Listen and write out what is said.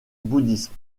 bouddhisme